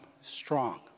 strong